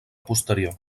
posterior